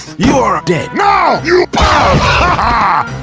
you are dead. no u paw ah